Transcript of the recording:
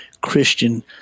Christian